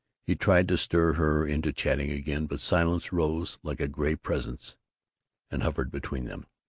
he tried to stir her into chattering again, but silence rose like a gray presence and hovered between them.